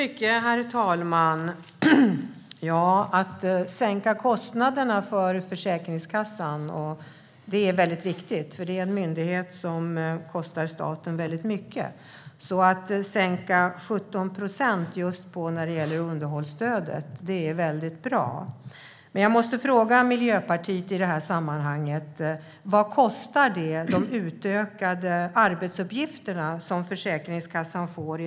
Herr talman! Att sänka kostnaderna för Försäkringskassan är viktigt, för det är en myndighet som kostar staten väldigt mycket. Att sänka 17 procent när det gäller underhållsstödet är mycket bra. Men jag måste fråga Miljöpartiet: Vad kostar de utökade arbetsuppgifter som Försäkringskassan får?